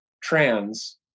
trans